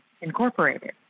incorporated